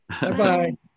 bye-bye